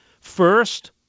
First